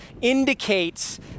indicates